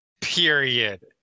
Period